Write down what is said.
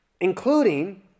including